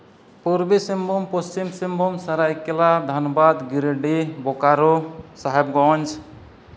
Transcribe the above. Purba Singhbhum Paschim Singhbhum Saraikela Dhanbad Giridih Bokaro Sahebganj